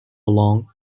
along